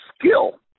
skill